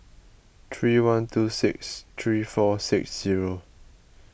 three one two six three four six zero